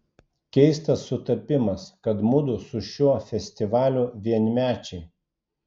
keistas sutapimas kad mudu su šiuo festivaliu vienmečiai